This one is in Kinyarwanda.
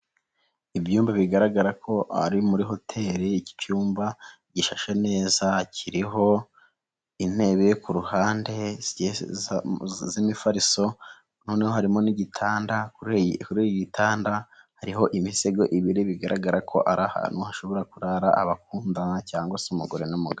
Ibyumba bigaragara ko ari muri hoteli, iki cyumba gishashe neza kiriho intebe kuruhande zigiye z'imifariso noneho harimo n'igitanda, kuri iki gitanda hariho imisego ibiri bigaragara ko ari ahantu hashobora kurara abakundana cyangwa se umugore n'umugabo.